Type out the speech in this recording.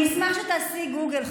אני אשמח שתעשי גוגל,